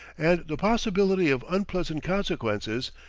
and the possibility of unpleasant consequences,